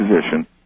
position